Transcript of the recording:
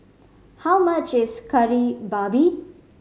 how much is Kari Babi